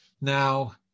Now